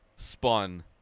spun